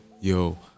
yo